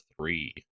three